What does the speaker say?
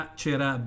c'era